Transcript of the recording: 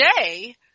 today